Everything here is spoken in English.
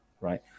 right